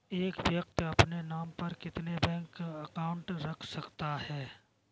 एक व्यक्ति अपने नाम पर कितने बैंक अकाउंट रख सकता है?